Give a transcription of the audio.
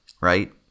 right